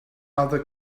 other